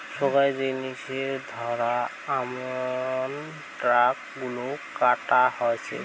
সোগায় জিনিসের ধারা আমন ট্যাক্স গুলা কাটা হসে